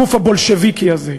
הגוף הבולשביקי הזה.